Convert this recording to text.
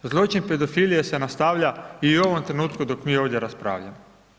Zločin pedofilije se nastavlja i u ovom trenutku dok mi ovdje raspravljamo.